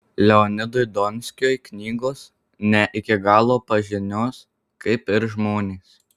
leonidui donskiui knygos ne iki galo pažinios kaip ir žmonės